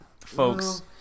Folks